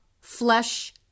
flesh